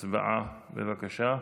הצבעה, בבקשה.